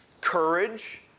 courage